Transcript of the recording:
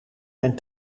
mijn